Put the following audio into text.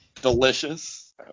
Delicious